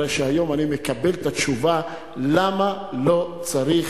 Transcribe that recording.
הרי שהיום אני מקבל את התשובה למה לא צריך